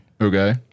Okay